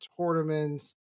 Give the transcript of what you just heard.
tournaments